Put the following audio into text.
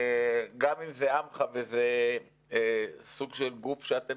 גם אם זה "עמך" וזה סוג של גוף שאתם